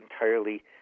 entirely